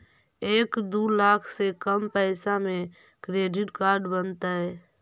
एक दू लाख से कम पैसा में क्रेडिट कार्ड बनतैय?